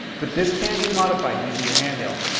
but this can be modified using your handheld.